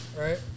right